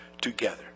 together